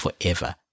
forever